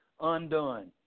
undone